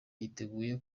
yiteguye